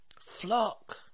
flock